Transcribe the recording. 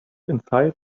inside